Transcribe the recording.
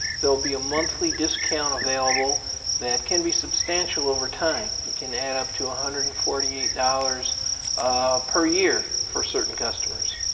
there will be a monthly discount available that can be substantial over time. tt can add up to a hundred and forty-eight dollars per year for certain customers.